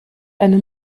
eine